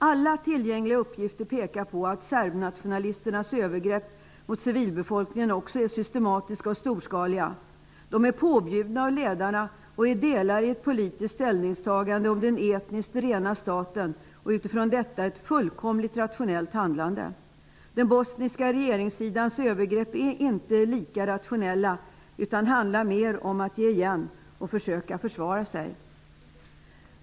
Alla tillgängliga uppgifter pekar på att serbnationalisternas övergrepp mot civilbefolkningen är systematiska och storskaliga. De är påbjudna av ledarna och är delar av ett politiskt ställningstagande om den etniskt rena staten. Med utgångspunkt i detta är det ett fullkomligt rationellt handlande. Den bosniska regeringssidans övergrepp är inte lika rationella utan handlar mer om ett ge igen och att försöka försvara sig.